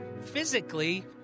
physically